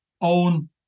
own